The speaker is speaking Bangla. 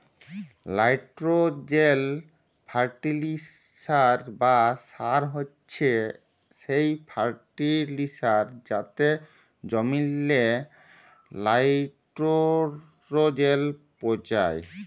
লাইটোরোজেল ফার্টিলিসার বা সার হছে সেই ফার্টিলিসার যাতে জমিললে লাইটোরোজেল পৌঁছায়